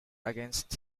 against